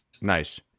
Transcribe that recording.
Nice